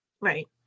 Right